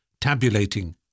tabulating